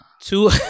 Two